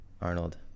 Arnold